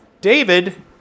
David